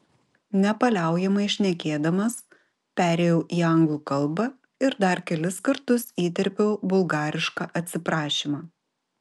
nepaliaujamai šnekėdamas perėjau į anglų kalbą ir dar kelis kartus įterpiau bulgarišką atsiprašymą